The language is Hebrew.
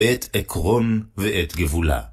את עקרון ואת גבולה.